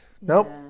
Nope